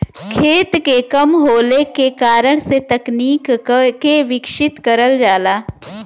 खेत के कम होले के कारण से तकनीक के विकसित करल जाला